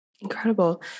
Incredible